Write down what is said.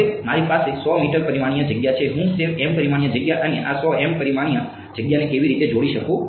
હવે મારી પાસે 100 મીટર પરિમાણીય જગ્યા છે હું તે m પરિમાણીય જગ્યા અને આ 100 m પરિમાણીય જગ્યાને કેવી રીતે જોડી શકું